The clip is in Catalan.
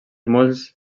molts